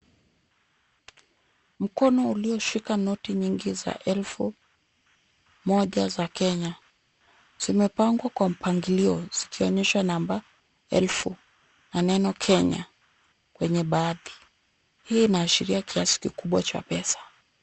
Mkono ulioshika noti nyingi za elfu moja za Kenya. Zimepangwa kwa mpangilio zikionyesha namba elfu na neno Kenya kwenye baadhi. Hii inaashiria kiasi kikubwa cha pesa.